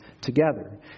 together